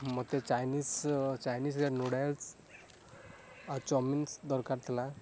ମୋତେ Chinese Chinese noodles ଆଉ chowmeins ଦରକାର ଥିଲା